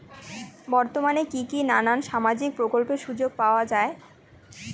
বর্তমানে কি কি নাখান সামাজিক প্রকল্পের সুযোগ পাওয়া যায়?